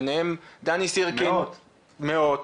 ביניהם דני סירקין ואחרים,